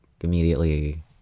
immediately